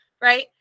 right